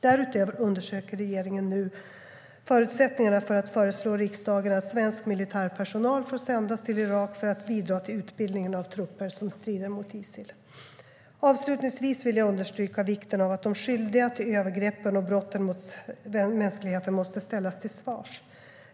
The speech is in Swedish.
Därutöver undersöker regeringen nu förutsättningarna för att föreslå riksdagen att svensk militär personal får sändas till Irak för att bidra till utbildningen av trupper som strider mot Isil. Avslutningsvis vill jag understryka vikten av att de skyldiga till övergreppen och brotten mot mänskligheten måste ställas till svars.